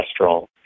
cholesterol